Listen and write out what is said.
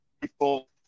people